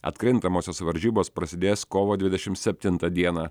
atkrintamosios varžybos prasidės kovo dvidešimt septintą dieną